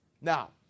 Now